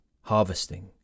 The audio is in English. harvesting